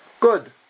good